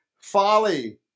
folly